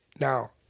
Now